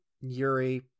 Yuri